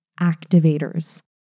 activators